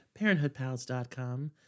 parenthoodpals.com